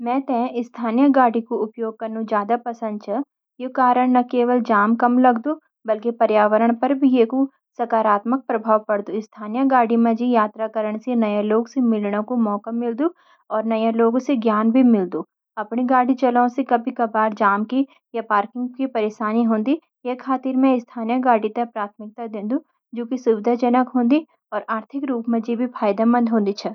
मेते स्थानीय गाडी कु उपयोग क्रनु जादा पसंद छ। यू कारन न केवल जाम कम लगदु बल्कि पर्यावरण पर भी येकु साकारात्मक प्रभाव पद्द दू। स्थानीय गाड़ी मजी यात्रा कर्ण सी नया लोगो सी मिलन कू मोका मिल्दु या न्यु लोगों सी ज्ञान भी मिल्दु। अपनी गाड़ी चलों सी कभी-कभार जाम की या पार्किंग परेशानी होन्दी। यख्तिर में स्थानीय गाड़ी ते प्रथमिकता देंदु जू की सुविधाजनक और आर्थिक रूप मजी भी फ़ायदेमंद छन।